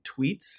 tweets